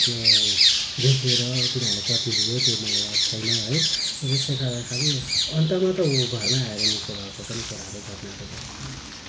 त्यो देखेर तिनीहरूले कति लियो त्यो मलाई याद छैन है त्यसै कारणखेरि अन्तमा त ऊ घरमै आएर निको भएको पनि कुराहरू घटनाहरू देखेको छ